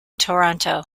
toronto